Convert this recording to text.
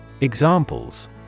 Examples